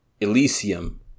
Elysium